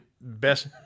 best